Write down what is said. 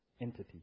entity